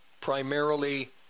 primarily